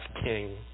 king